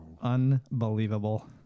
unbelievable